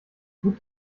tut